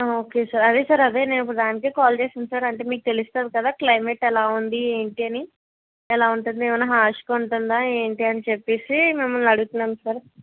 okay sir అదే sir అదే నేను ఇప్పుడు దానికే కాల్ చేసింది సార్ అంటే మీకు తెలుస్తుంది కదా క్లైమేట్ ఎలా ఉంది ఏంటి అని ఎలా ఉంటుంది ఏమన్న హార్ష్గా ఉంటుందా ఏంటి అని చెప్పేసి మిమ్మల్ని అడుగుతున్నాం సార్